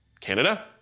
Canada